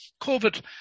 COVID